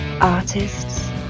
Artists